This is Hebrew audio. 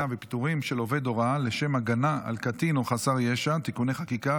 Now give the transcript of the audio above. ופיטורים של עובד הוראה לשם הגנה על קטין או חסר ישע (תיקוני חקיקה),